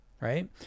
right